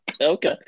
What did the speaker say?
Okay